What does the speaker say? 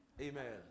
Amen